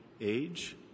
age